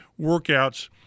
workouts